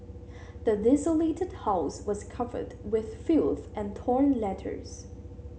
the desolated house was covered with filth and torn letters